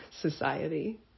society